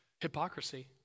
Hypocrisy